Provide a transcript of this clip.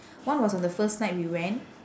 one was on the first night we went